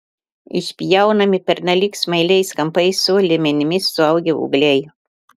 išpjaunami pernelyg smailiais kampais su liemenimis suaugę ūgliai